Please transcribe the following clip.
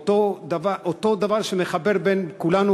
או אותו דבר שמחבר בין כולנו,